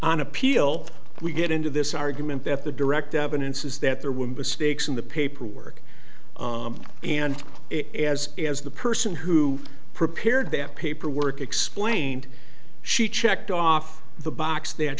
on appeal we get into this argument that the direct evidence is that there would be stakes in the paperwork and it as as the person who prepared the paperwork explained she checked off the box th